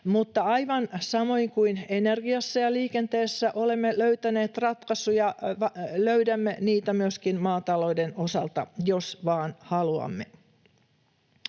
Mutta aivan samoin kuin energiassa ja liikenteessä olemme löytäneet ratkaisuja, löydämme niitä myöskin maatalouden osalta, jos vain haluamme.